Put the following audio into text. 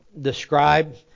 Describe